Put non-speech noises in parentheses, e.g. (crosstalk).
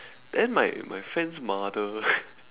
then my my friend's mother (laughs)